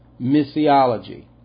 Missiology